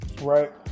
right